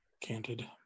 canted